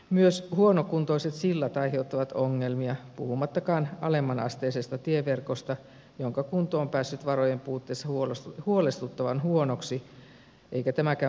myös huonokuntoiset sillat aiheuttavat ongelmia puhumattakaan alemmanasteisesta tieverkosta jonka kunto on päässyt varojen puutteessa huolestuttavan huonoksi eikä tämäkään budjetti lupaa parannusta